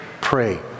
pray